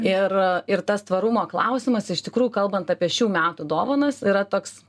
ir ir tas tvarumo klausimas iš tikrųjų kalbant apie šių metų dovanas yra toks